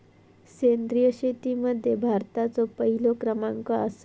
सेंद्रिय शेतीमध्ये भारताचो पहिलो क्रमांक आसा